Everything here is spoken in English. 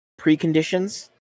preconditions